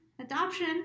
adoption